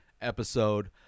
episode